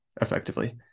effectively